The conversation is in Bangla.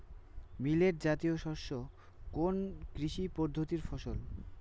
মিলেট জাতীয় শস্য কোন কৃষি পদ্ধতির ফসল?